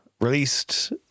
released